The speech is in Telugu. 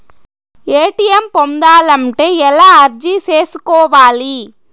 ఎ.టి.ఎం పొందాలంటే ఎలా అర్జీ సేసుకోవాలి?